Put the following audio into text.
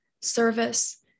service